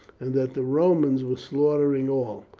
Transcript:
and that the romans were slaughtering all.